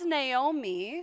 Naomi